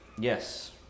Yes